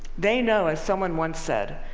they know, as someone once said,